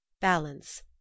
balance